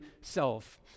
self